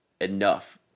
enough